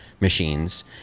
machines